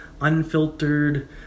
unfiltered